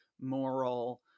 moral